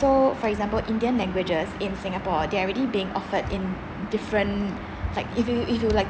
so for example indian languages in singapore they are already being offered in different like if you if you like